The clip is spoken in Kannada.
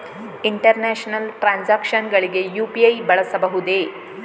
ಇಂಟರ್ನ್ಯಾಷನಲ್ ಟ್ರಾನ್ಸಾಕ್ಷನ್ಸ್ ಗಳಿಗೆ ಯು.ಪಿ.ಐ ಬಳಸಬಹುದೇ?